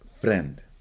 friend